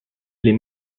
les